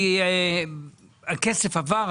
הכסף עבר.